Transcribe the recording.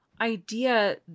idea